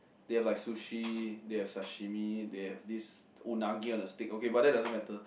they have like sushi they have sashimi they have this unagi on the stick okay but that doesn't matter